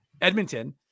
Edmonton